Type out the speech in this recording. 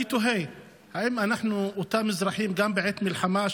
אני תוהה האם אנחנו אותם אזרחים גם בעת מלחמה?